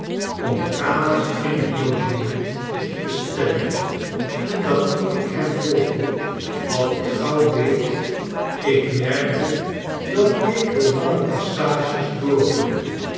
om kamers in t logement te bestellen en dat toen ik hem volgde wat ik gauw deed ik merkte dat ik de lange passages